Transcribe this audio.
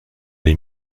les